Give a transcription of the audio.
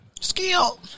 Skill